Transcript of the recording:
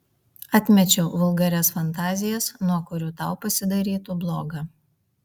atmečiau vulgarias fantazijas nuo kurių tau pasidarytų bloga